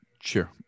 Sure